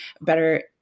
better –